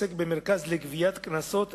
העוסק במרכז לגביית קנסות,